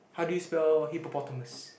how do you spell hippopotamus